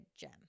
gem